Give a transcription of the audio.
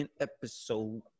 episode